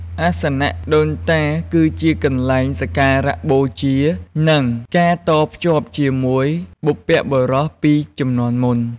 អាសនៈដូនតា គឺជាកន្លែងសក្ការៈបូជា និងការតភ្ជាប់ជាមួយបុព្វបុរសពីជំនាន់មុន។